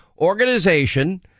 organization –